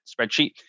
spreadsheet